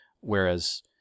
Whereas